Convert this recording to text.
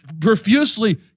profusely